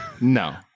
No